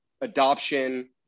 adoption